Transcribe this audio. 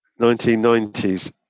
1990s